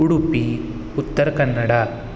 Udupi Uttara Kannada